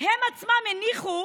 הם עצמם הניחו